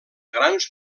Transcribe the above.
grans